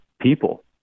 people